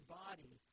body